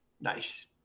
Nice